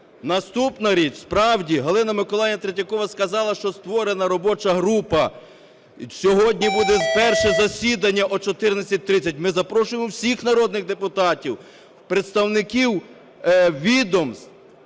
Наступна річ. Справді, Галина Миколаївна Третьякова сказала, що створена робоча група і сьогодні буде перше засідання о 14:30. Ми запрошуємо всіх народних депутатів, представників відомств,